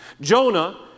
Jonah